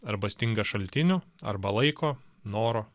arba stinga šaltinių arba laiko noro